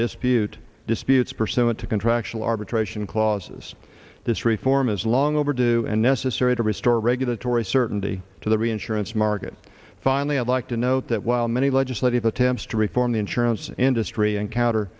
disputes disputes pursuant to contractual arbitration clauses this reform is long overdue and necessary to restore regulatory certainty to the reinsurance market finally i'd like to note that while many legislative attempts to reform the insurance industry encounter